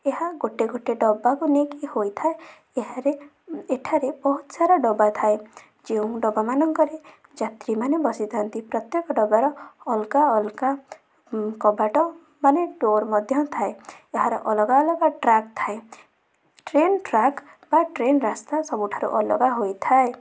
ଏହା ଗୋଟିଏ ଗୋଟିଏ ଡବାକୁ ନେଇକି ହୋଇଥାଏ ଏହାରେ ଏଠାରେ ବହୁତ ସାରା ଡବା ଥାଏ ଯେଉଁ ଡବାମାନଙ୍କରେ ଯାତ୍ରୀମାନେ ବସିଥାନ୍ତି ପ୍ରତ୍ୟେକ ଡବାର ଅଲଗା ଅଲଗା କବାଟ ମାନେ ଡୋର ମଧ୍ୟ ଥାଏ ଏହାର ଅଲଗା ଅଲଗା ଟ୍ରାକ ଥାଏ ଟ୍ରେନ ଟ୍ରାକ ବା ଟ୍ରେନ ରାସ୍ତା ସବୁଠାରୁ ଅଲଗା ହୋଇଥାଏ